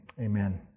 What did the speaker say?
amen